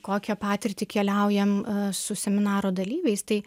kokią patirtį keliaujam su seminaro dalyviais tai